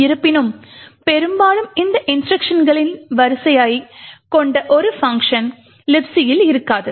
இருப்பினும் பெரும்பாலும் இந்த இன்ஸ்ட்ருக்ஷன்களின் வரிசையைக் கொண்ட ஒரு பங்க்ஷன் Libc இல் இருக்காது